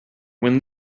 when